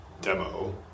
demo